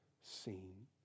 seen